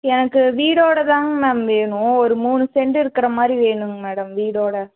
எனக்கு வீடோடு தாங்க மேம் வேணும் ஒரு மூணு செண்டு இருக்கிற மாதிரி வேணுங்க மேடம் வீடோடு